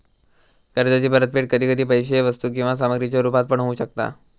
कर्जाची परतफेड कधी कधी पैशे वस्तू किंवा सामग्रीच्या रुपात पण होऊ शकता